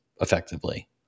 effectively